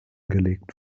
gelegt